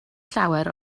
llawer